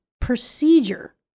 procedure